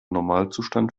normalzustand